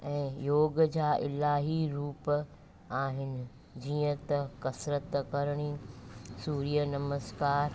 ऐं योग जा इलाही रूप आहिनि जीअं त कसिरत करिणी सूर्य नमस्कार